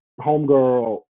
Homegirl